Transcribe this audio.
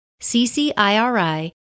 CCIRI